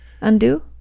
undo